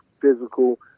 physical